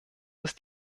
ist